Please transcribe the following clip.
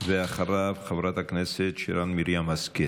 ואחריו, חברת הכנסת שרן מרים השכל.